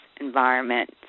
environment